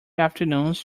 afternoons